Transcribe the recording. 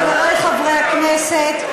חברי חברי הכנסת,